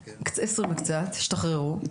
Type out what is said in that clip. כולם בני 20 וקצת, השתחררו.